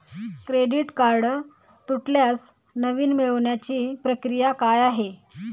Credit card तुटल्यास नवीन मिळवण्याची प्रक्रिया काय आहे?